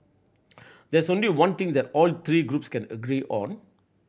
there is only one thing that all three groups can agree on